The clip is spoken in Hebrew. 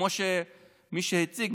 מי שהציג,